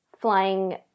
flying